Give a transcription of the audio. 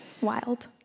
Wild